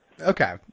okay